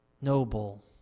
noble